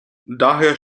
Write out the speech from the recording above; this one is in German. daher